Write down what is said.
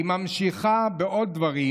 היא ממשיכה בעוד דברים,